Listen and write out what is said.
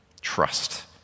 trust